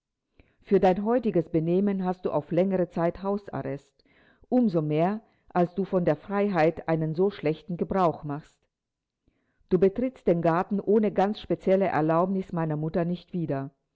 für dein heutiges benehmen hast du auf längere zeit hausarrest um so mehr als du von der freiheit einen so schlechten gebrauch machst du betrittst den garten ohne ganz spezielle erlaubnis meiner mutter nicht wieder